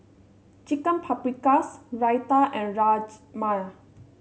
Chicken Paprikas Raita and Rajma